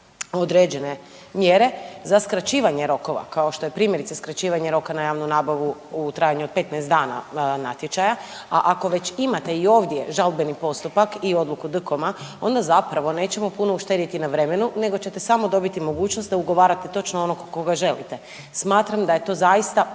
određene mjere za skraćivanje rokova kao što je primjerice skraćivanje roka na javnu nabavu u trajanju od 15 dana natječaja. A ako već imate i ovdje žalbeni postupak i odluku DKOM-a, onda zapravo nećemo puno uštediti na vremenu, nego ćete samo dobiti mogućnost da ugovarate točno onog koga želite. Smatram da je to zaista put